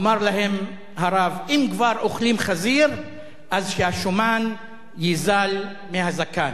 אמר להם הרב: אם כבר אוכלים חזיר אז שהשומן ייזל מהזקן.